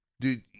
dude